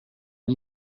gli